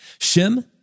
Shem